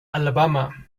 alabama